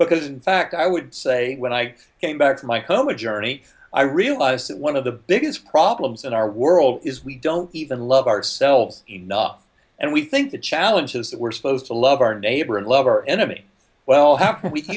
because in fact i would say when i came back to my home a journey i realized that one of the biggest problems in our world is we don't even love ourselves enough and we think the challenges that we're supposed to love our neighbor and love our enemy well how can we